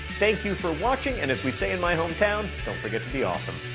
thank you for watching, and as we say in my hometown, don't forget to be awesome.